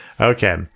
Okay